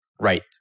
right